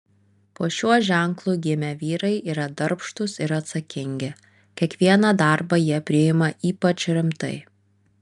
po šiuo ženklu gimę vyrai yra darbštūs ir atsakingi kiekvieną darbą jie priima ypač rimtai